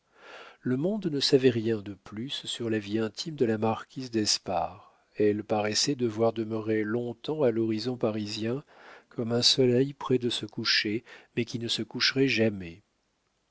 le monde ne savait rien de plus sur la vie intime de la marquise d'espard elle paraissait devoir demeurer long-temps à l'horizon parisien comme un soleil près de se coucher mais qui ne se coucherait jamais